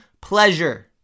pleasure